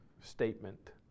statement